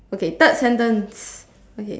okay third sentence okay